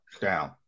down